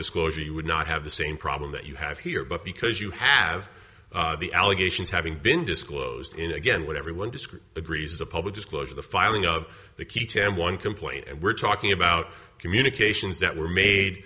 disclosure you would not have the same problem that you have here but because you have the allegations having been disclosed in again what everyone just agrees is a public disclosure the filing of the key ten one complaint and we're talking about communications that were made